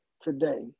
today